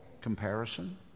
comparison